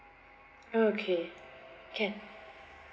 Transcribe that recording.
okay can